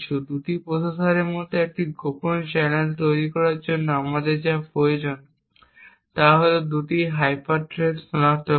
2টি প্রসেসরের মধ্যে একটি গোপন চ্যানেল তৈরি করার জন্য আমাদের যা প্রয়োজন তা হল 2টি হাইপার থ্রেড সনাক্ত করা